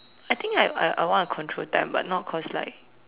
I think I I I want to control time but not cause like